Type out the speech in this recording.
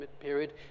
period